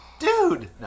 Dude